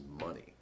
money